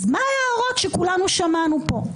אז מה ההערות שכולנו שמענו פה?